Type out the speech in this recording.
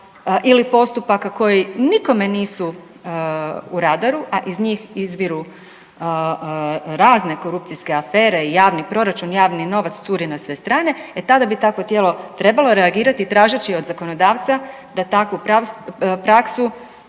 ili postupaka koji nikome nisu u radaru, a iz njih izviru razne korupcijske afere, javni proračun, javni novac curi na sve strane, e tada bi takvo tijelo trebalo reagirati, tražeći od zakonodavca da takvu praksu